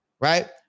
Right